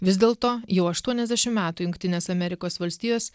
vis dėlto jau aštuoniasdešim metų jungtinės amerikos valstijos